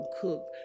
cook